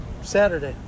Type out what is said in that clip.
Saturday